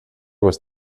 was